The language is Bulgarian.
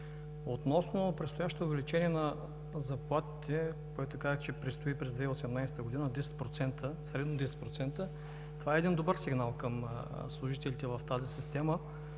Относно предстоящото увеличение на заплатите, което казахте, че предстои през 2018 г. от средно 10%, това е един добър сигнал към служителите в тази система,